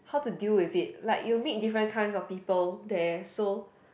how to deal with it like you meet different kinds people there so